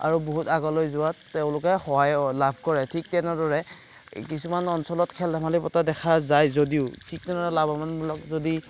আৰু বহুত আগলৈ যোৱাত তেওঁলোকে সহায় লাভ কৰে ঠিক তেনেদৰে কিছুমান অঞ্চলত খেল ধেমালি পতা দেখা যায় যদিও ঠিক তেনেদৰে লাভৱানমূলক যদি